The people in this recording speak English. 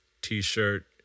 t-shirt